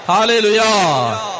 Hallelujah